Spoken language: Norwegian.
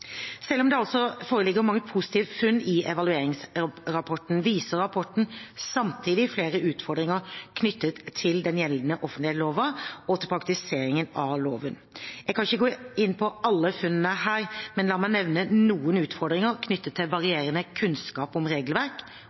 altså foreligger mange positive funn i evalueringsrapporten, viser rapporten samtidig flere utfordringer knyttet til den gjeldende offentleglova og til praktiseringen av loven. Jeg kan ikke gå inn på alle funnene her, men la meg nevne noen utfordringer knyttet til varierende kunnskap om